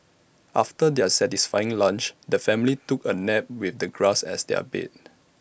after their satisfying lunch the family took A nap with the grass as their bed